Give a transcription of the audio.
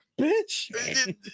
bitch